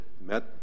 met